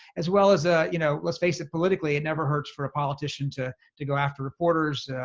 as well as a, you know, let's face it politically, it never hurts for a politician to to go after reporters.